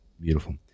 beautiful